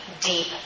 deep